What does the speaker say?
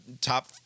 top—